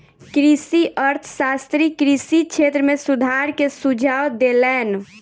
कृषि अर्थशास्त्री कृषि क्षेत्र में सुधार के सुझाव देलैन